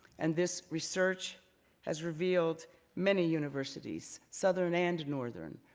and this research has revealed many universities, southern and northern,